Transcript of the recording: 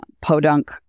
podunk